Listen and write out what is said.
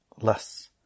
less